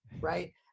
right